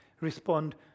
respond